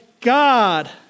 God